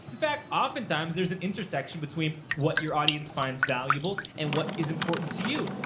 in fact, oftentimes there's an intersection between what your audience finds valuable and what is important to you.